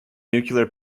nuclear